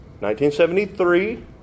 1973